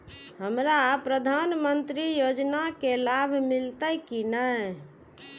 हमरा प्रधानमंत्री योजना के लाभ मिलते की ने?